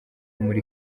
muri